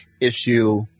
issue